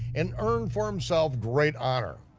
and earn for himself great honor.